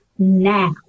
now